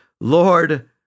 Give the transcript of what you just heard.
Lord